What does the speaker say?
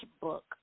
book